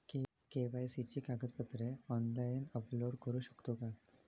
KYC ची कागदपत्रे online upload करू शकतो का?